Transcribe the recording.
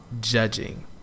judging